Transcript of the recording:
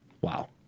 wow